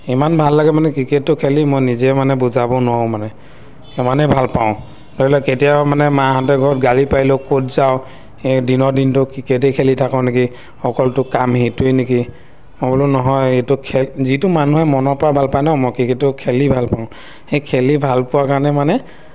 ইমান ভাল লাগে মানে ক্ৰিকেটটো খেলি মই নিজে মানে বুজাব নোৱাৰোঁ মানে ইমানেই ভাল পাওঁ ধৰি লওক কেতিয়াবা মানে মাহঁতে ঘৰত গালি পাৰিলেও ক'ত যাৱ সেই দিনৰ দিনটো ক্ৰিকেটেই খেলি থাক' নেকি অকল তোৰ কাম সেইটোৱেই নেকি মই বোলো নহয় এইটো খেল যিটো মানুহে মনৰ পৰা ভাল পায় ন' মই ক্ৰিকেটটো খেলি ভাল পাওঁ সেই খেলি ভাল পোৱাৰ কাৰণে মানে